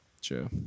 Sure